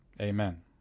Amen